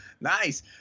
Nice